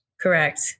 Correct